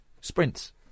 Sprints